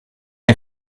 que